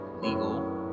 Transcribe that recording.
legal